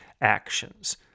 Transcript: actions